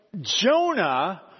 Jonah